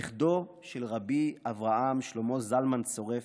נכדו של רבי אברהם שלמה זלמן צורף,